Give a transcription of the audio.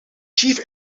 chief